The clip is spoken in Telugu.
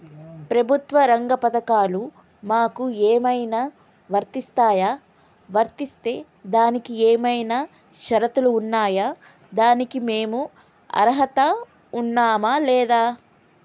ప్రభుత్వ రంగ పథకాలు మాకు ఏమైనా వర్తిస్తాయా? వర్తిస్తే దానికి ఏమైనా షరతులు ఉన్నాయా? దానికి మేము అర్హత ఉన్నామా లేదా?